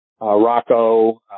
Rocco